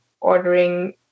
ordering